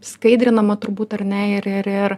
skaidrinama turbūt ar ne ir ir ir